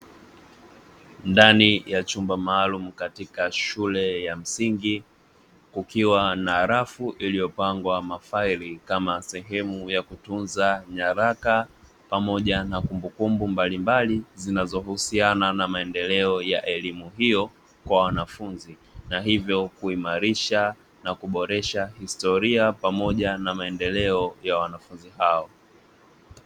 Ndani ya chumba maalumu katika shule ya msingi kukiwa na rafu iliyopangwa mafaili kama sehemu ya kutunza nyaraka pamoja na kumbukumbu mbalimbali zinazohusiana na maendeleo ya elimu hiyo kwa wanafunzi, na hivyo kuimarisha na kuboresha historia pamoja na maendeleo ya wanafunzi hao.